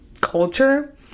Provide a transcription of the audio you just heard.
culture